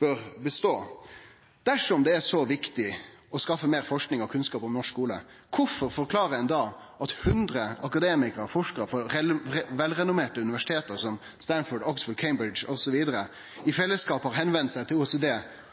bør bestå: Dersom det er så viktig å skaffe meir forsking og kunnskap om norsk skule, korleis forklarer ein da at 100 akademikarer og forskarar frå velrenommerte universitet som Stanford, Oxford, Cambridge osv. i fellesskap har vendt seg til